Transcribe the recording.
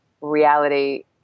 reality